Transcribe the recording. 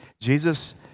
Jesus